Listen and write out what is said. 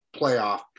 playoff